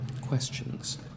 questions